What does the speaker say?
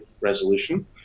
resolution